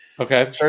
Okay